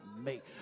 make